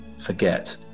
forget